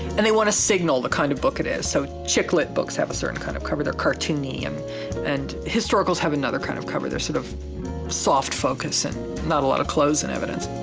and they want to signal the kind of book it is, so chick lit books have a certain kind of cover. they're cartoony um and historicals have another kind of cover. they're sort of soft focus and not a lot of clothes in evidence.